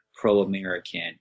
pro-American